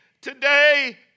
today